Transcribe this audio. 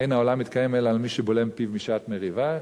אין העולם מתקיים אלא על מי שבולם פיו בשעת מריבה,